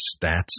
stats